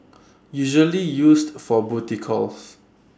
usually used for booty calls